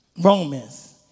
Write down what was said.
Romans